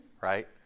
right